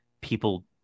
people